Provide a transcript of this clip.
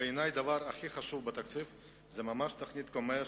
בעיני הדבר הכי חשוב בתקציב זה ממש תוכנית קמ"ע,